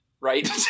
right